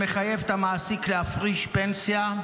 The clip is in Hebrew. שמחייב את המעסיק להפריש פנסיה,